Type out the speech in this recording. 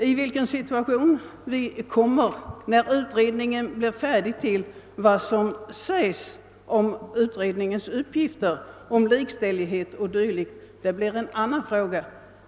I vilken situation vi hamnar när utredningen blir färdig blir — med tanke på vad som sägs om dess uppgift att utreda problemet om likställighet o. d. — en annan fråga.